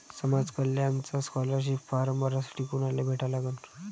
समाज कल्याणचा scholarship form भरासाठी कुनाले भेटा लागन?